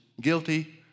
guilty